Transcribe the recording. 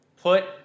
put